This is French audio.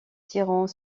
tirant